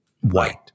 white